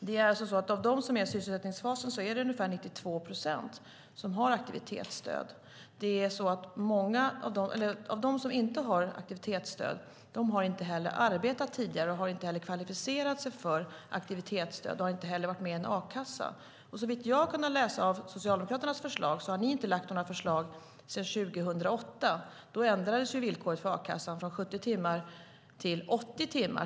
Det är alltså så att av dem som är i sysselsättningsfasen är det ungefär 92 procent som har aktivitetsstöd. De som inte har aktivitetsstöd har inte heller arbetat tidigare och har inte kvalificerat sig för aktivitetsstöd och inte heller varit med i någon a-kassa. Såvitt jag har kunnat läsa i Socialdemokraternas förslag har ni inte lagt fram några förslag sedan 2008. Då ändrades villkoret för a-kassan från 70 timmar till 80 timmar.